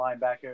linebacker